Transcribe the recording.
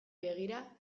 begira